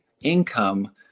income